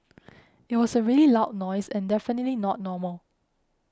it was a really loud noise and definitely not normal